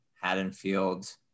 Haddonfield